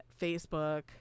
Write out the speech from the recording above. Facebook